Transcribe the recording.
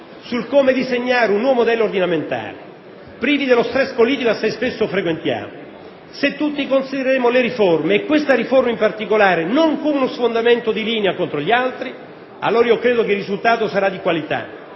sul come disegnare un nuovo modello ordinamentale, privi dello stress politico che assai spesso frequentiamo, se tutti considereremo le riforme, e questa riforma in particolare, non come uno sfondamento di linea contro gli altri, allora il risultato sarà di qualità